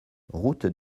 route